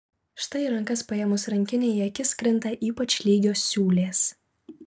štai į rankas paėmus rankinę į akis krinta ypač lygios siūlės